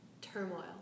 turmoil